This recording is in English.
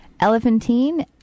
Elephantine